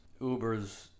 Uber's